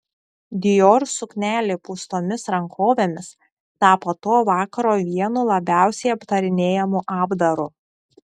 dior suknelė pūstomis rankovėmis tapo to vakaro vienu labiausiai aptarinėjamu apdaru